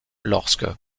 lorsque